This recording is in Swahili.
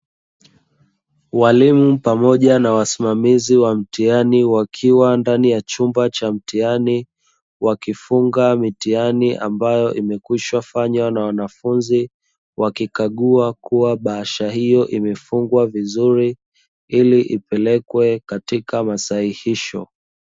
Walimu pamoja na wasimamizi wa mtiani wakiwa ndani ya chumba cha mtihani ,wakifunga mitiani ambayo imekwishafanywa na wanafunzi wakikagua kua bahasha hiyo imefungwa vizuri ili ipelekwe katika masahihisho.